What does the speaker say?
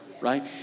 right